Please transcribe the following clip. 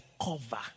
cover